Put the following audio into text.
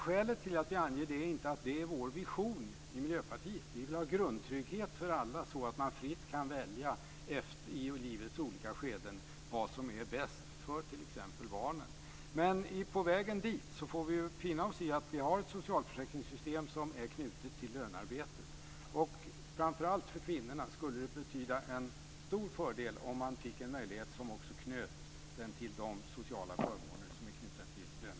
Skälet till det är inte att det är vår vision i Miljöpartiet. Vi vill ha grundtrygghet för alla så att man fritt kan välja vad som är bäst för t.ex. barnen i livets olika skeden. Men på vägen dit får vi finna oss i att vi har ett socialförsäkringssystem som är knutet till lönearbetet. Det skulle vara en stor fördel framför allt för kvinnorna om man fick en möjlighet att tillgodogöra sig de sociala förmåner som är knutna till lönearbetet.